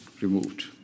removed